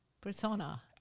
persona